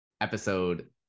episode